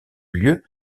lieu